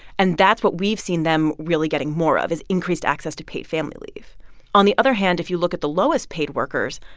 and that's what we've seen them really getting more of is increased access to paid family leave on the other hand, if you look at the lowest-paid workers,